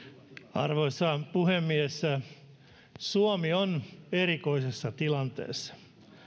arvoisa puhemies suomi on erikoisessa tilanteessa